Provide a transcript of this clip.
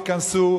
התכנסו,